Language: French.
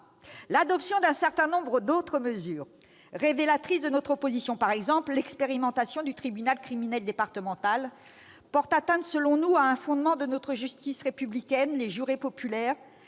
l'adoption d'un certain nombre d'autres mesures qui justifient notre opposition. Par exemple, l'expérimentation du tribunal criminel départemental porte atteinte selon nous à un fondement de notre justice républicaine, les jurés populaires